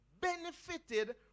benefited